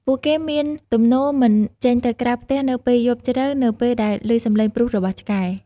ពួកគេមានទំនោរមិនចេញទៅក្រៅផ្ទះនៅពេលយប់ជ្រៅនៅពេលដែលឮសំឡេងព្រុសរបស់ឆ្កែ។